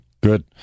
Good